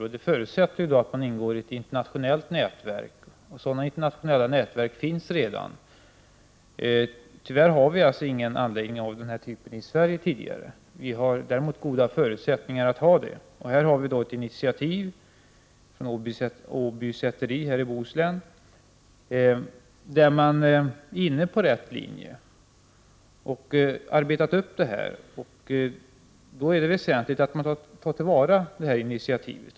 Men det förutsätter att det finns ett internationellt nätverk. I och för sig finns det redan ett sådant. Tyvärr finns det inte någon anläggning av den här typen i Sverige. Däremot finns det goda förutsättningar i detta sammanhang. Åby säteri i Bohuslän har alltså tagit ett initiativ i detta avseende. Man har slagit in på rätt väg, och man har också hunnit arbeta upp en verksamhet. Därför är det väsentligt att de möjligheter tas till vara som detta initiativ ger.